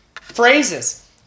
phrases